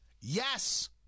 Yes